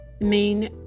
main